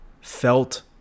felt